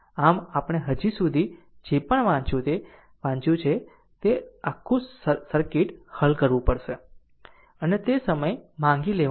આમ આપણે હજી સુધી જે પણ વાંચ્યું છે તે આખું સર્કિટ હલ કરવું પડશે